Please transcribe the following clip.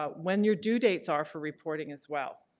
ah when your due dates are for reporting as well.